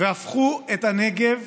הפכו את הנגב